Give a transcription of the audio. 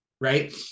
right